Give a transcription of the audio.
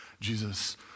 Jesus